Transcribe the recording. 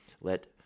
let